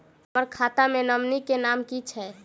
हम्मर खाता मे नॉमनी केँ नाम की छैय